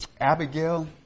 Abigail